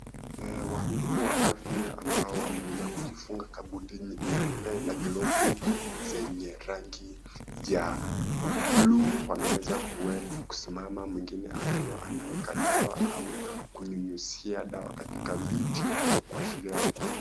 Wahudumu wa afya ambao wameweza kujifunga kabuti meupe na glovu zenye rangi ya buluu .Wanaweza kusimama mwingine akiwa anaweka dawa au kunyunyizia dawa katika viti, kuashiria ya kwamba..